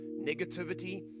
negativity